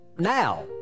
now